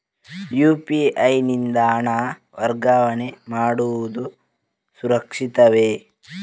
UPI ಯಿಂದ ಹಣ ವರ್ಗಾವಣೆ ಮಾಡುವುದು ಸುರಕ್ಷಿತವೇ?